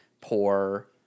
poor